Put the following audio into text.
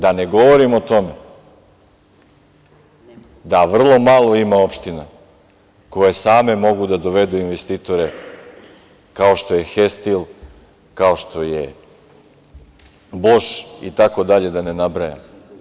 Da ne govorim o tome da vrlo malo ima opština koje same mogu da dovedu investitore kao što je "Hestil", kao što je "Boš", itd, da ne nabrajam.